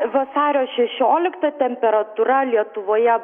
vasario šešioliktą temperatūra lietuvoje